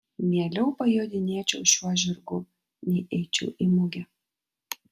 mieliau pajodinėčiau šiuo žirgu nei eičiau į mugę